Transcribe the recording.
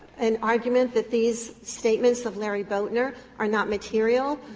an argument that these statements of larry boatner are not material.